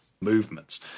movements